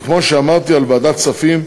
וכמו שאמרתי, בוועדת הכספים,